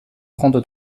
trente